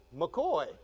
McCoy